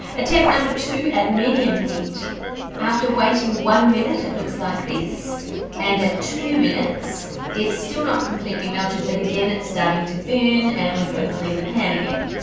attempt number two at medium heat after waiting one minute it looks like this and at two minutes it's still not completely melted but again it's starting to burn and we've got to clean the pan again.